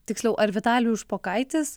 tiksliau ar vitalijus špokaitis